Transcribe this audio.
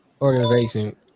Organization